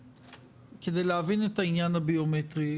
כדי להבין את העניין הביומטרי,